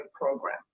program